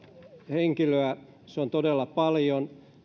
henkilöä se on todella paljon